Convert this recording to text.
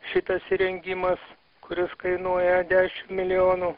šitas įrengimas kuris kainuoja dešimt milijonų